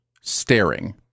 staring